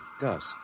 Gus